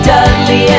Dudley